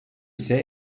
ise